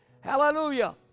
Hallelujah